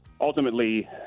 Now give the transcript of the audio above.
Ultimately